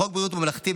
חוק בריאות ממלכתי,